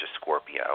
Scorpio